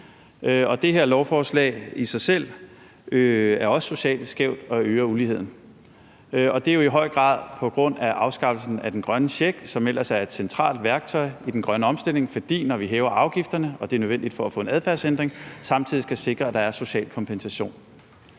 og det her lovforslag i sig selv er også socialt skævt og øger uligheden, og det er jo i høj grad på grund af afskaffelsen af den grønne check, som ellers er et centralt værktøj i den grønne omstilling, for når vi hæver afgifterne, og det er nødvendigt for at få en adfærdsændring, skal vi samtidig sikre, at der er social kompensation.